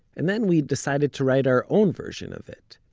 and then we decided to write our own version of it.